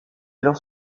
alors